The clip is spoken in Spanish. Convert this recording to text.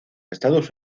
estados